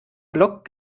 block